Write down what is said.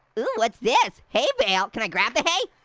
oh, what's this? hay bale? can i grab the hay?